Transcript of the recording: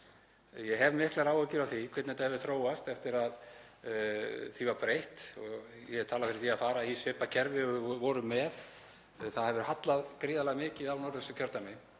Ég hef miklar áhyggjur af því hvernig þetta hefur þróast eftir að því var breytt. Ég hef talað fyrir því að fara í svipað kerfi og við vorum með. Það hefur hallað gríðarlega mikið á Norðausturkjördæmi,